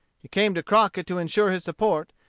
he came to crockett to insure his support,